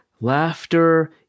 laughter